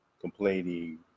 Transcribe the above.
complaining